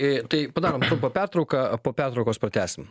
į tai padarom trumpą pertrauką po pertraukos pratęsim